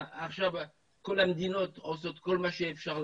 עכשיו כל המדינות עושות כל מה שאפשר,